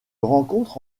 rencontre